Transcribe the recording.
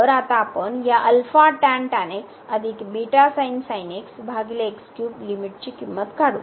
तर आता आपण या लिमिटची किंमत काढू